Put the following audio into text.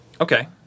Okay